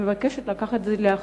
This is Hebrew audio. אני מבקשת לקחת את זה לאחריותנו.